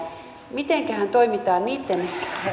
mitenköhän toimitaan niitten